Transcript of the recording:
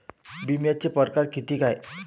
बिम्याचे परकार कितीक हाय?